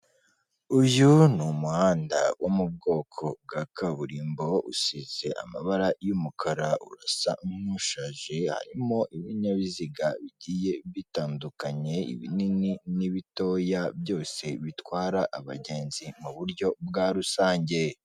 Uyu ni umuhanda wo mu bwoko bwa kaburimbo, usize amabara y'umukara, urasa nk'ushaje, harimo ibinyabiziga bigiye bitandukanye, ibinini n'ibitoya byose bitwara abagenzi mu buryo bwa rusange.